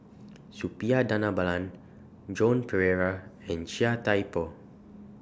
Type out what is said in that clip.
Suppiah Dhanabalan Joan Pereira and Chia Thye Poh